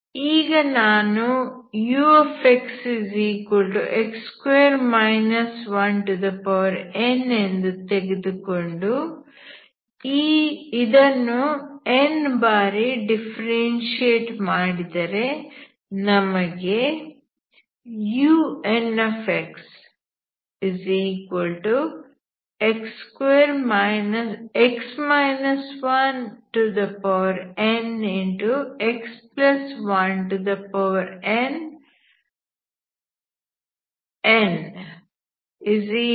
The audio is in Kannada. ಈಗ ನಾನು uxn ಎಂದು ತೆಗೆದುಕೊಂಡು ಇದನ್ನು n ಬಾರಿ ಡಿಫರೆನ್ಶಿಯೇಟ್ ಮಾಡಿದರೆ ನಮಗೆ unxnx1nn x1nn